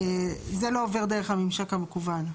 זה לא עובר דרך הממשק המקוון.